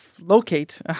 locate